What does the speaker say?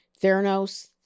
Theranos